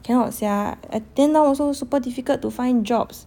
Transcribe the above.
cannot sia I then now also super difficult to find jobs